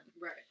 Right